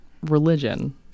religion